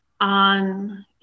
on